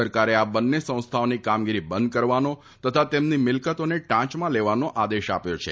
સરકારે આ બન્ને સંસ્થાઓની કામગીરી બંધ કરવાનો તથા તેમની મિલકતોને ટાંચમાં લેવાનો આદેશ આપ્યો છે